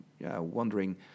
wondering